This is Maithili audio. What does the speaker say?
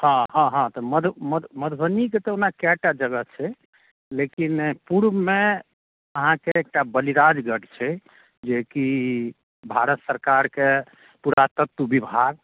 हँ हँ तऽ मध मधुबनीके तऽ ओना कै टा जगह छै लेकिन पूर्वमे अहाँकेँ एकटा बलिराज गढ़ छै जेकि भारत सरकारके पुरातत्व विभाग